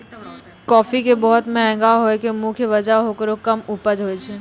काफी के बहुत महंगा होय के मुख्य वजह हेकरो कम उपज होय छै